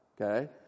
Okay